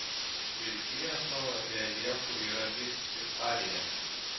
vilkija savo reljefu yra lyg šveicarija